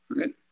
Okay